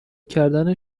کردن